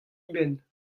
eben